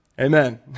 Amen